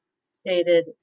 stated